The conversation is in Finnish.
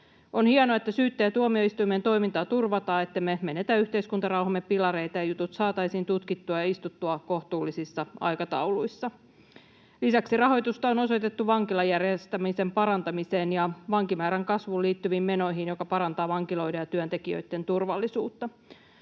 On hienoa, että syyttäjien ja tuomioistuimen toimintaa turvataan, ettemme menetä yhteiskuntarauhamme pilareita ja jutut saataisiin tutkittua ja istuttua kohtuullisissa aikatauluissa. Lisäksi rahoitusta on osoitettu vankilajärjestelmän parantamiseen ja vankimäärän kasvuun liittyviin menoihin, mikä parantaa vankiloiden ja työntekijöitten turvallisuutta.